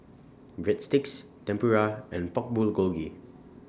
Breadsticks Tempura and Pork Bulgogi